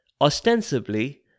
Ostensibly